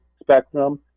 spectrum